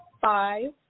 five